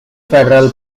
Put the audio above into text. federal